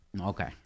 Okay